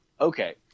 Okay